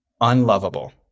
unlovable